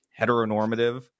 heteronormative